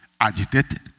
agitated